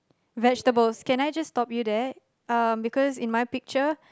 vegetables can I just stop you there um because in my picture